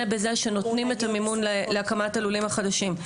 בזה שנותנים את המימון להקמת הלולים החדשים.